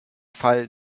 fall